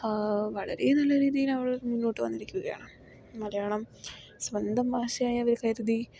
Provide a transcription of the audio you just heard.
വളരെ നല്ല രീതീയിലവർ മുന്നോട്ട് വന്നിരിക്കുകയാണ് മലയാളം സ്വന്തം ഭാഷയായി അവര് കരുതി